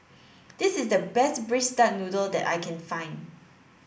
this is the best braised duck noodle that I can find